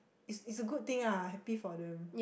is is a good thing ah happy for them